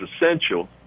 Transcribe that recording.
essential